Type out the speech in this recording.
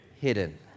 hidden